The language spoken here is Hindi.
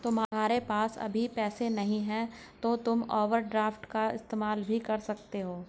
तुम्हारे पास अभी पैसे नहीं है तो तुम ओवरड्राफ्ट का इस्तेमाल भी कर सकते हो